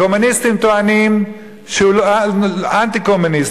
הקומוניסטים טוענים שהוא אנטי-קומוניסט,